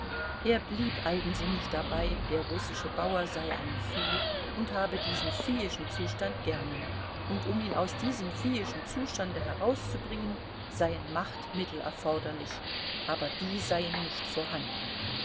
er blieb eigensinnig dabei der russische bauer sei ein vieh und habe diesen viehischen zustand gerne und um ihn aus diesem viehischen zustande herauszubringen seien machtmittel erforderlich aber die seien nicht vorhanden